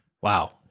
wow